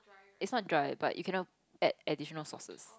is not dry but you cannot add additional sauces